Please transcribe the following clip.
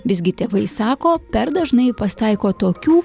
visgi tėvai sako per dažnai pasitaiko tokių